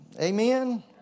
Amen